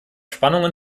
spannungen